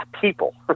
People